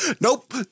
Nope